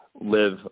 live